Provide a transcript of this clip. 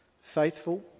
faithful